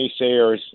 naysayers